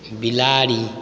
बिलाड़ि